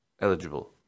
eligible